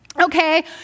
okay